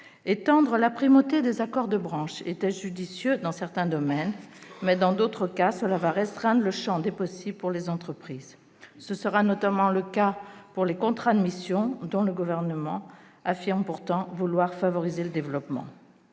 Étendre la primauté des accords de branche est judicieux dans certains domaines, mais, dans d'autres, cela restreindra le champ des possibles pour les entreprises. Ce sera notamment le cas pour les contrats de mission, dont le Gouvernement affirme pourtant vouloir favoriser le développement.